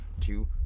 Two